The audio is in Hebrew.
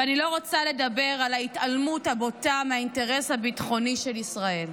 ואני לא רוצה לדבר על ההתעלמות הבוטה מהאינטרס הביטחוני של ישראל.